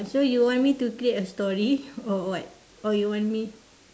so you want me to create a story or what or you want me